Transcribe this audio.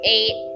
Eight